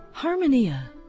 Harmonia